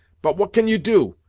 but what can you do?